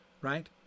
Right